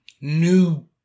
new